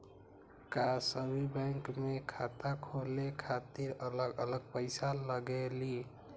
का सभी बैंक में खाता खोले खातीर अलग अलग पैसा लगेलि?